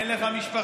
אין לך משפחה,